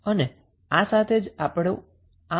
અને આ સાથે જ આપણું આ લેક્ચર અહીં સમાપ્ત કરીએ